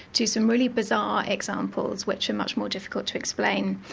to some really bizarre examples which are much more difficult to explain.